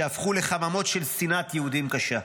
שהפכו לחממות של שנאת יהודים קשה.